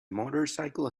motorcycle